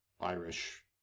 Irish